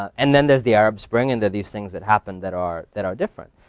and then there's the arab spring and these things that happened that are that are different.